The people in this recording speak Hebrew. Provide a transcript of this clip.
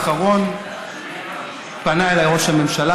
כשהיה הסבב האחרון פנה אליי ראש הממשלה